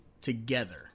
together